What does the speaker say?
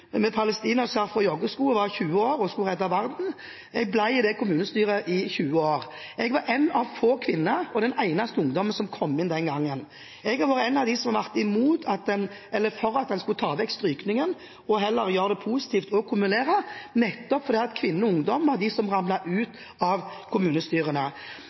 med palestinaskjerf og joggesko og var 20 år og skulle redde verden. Jeg ble i det kommunestyret i 16 år. Jeg var en av få kvinner og den eneste ungdommen som kom inn den gangen. Jeg har vært en av dem som har vært for at en skulle ta vekk strykningen og heller gjøre det positivt å kumulere, nettopp fordi kvinner og ungdom er de som ramler ut av kommunestyrene.